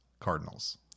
Cardinals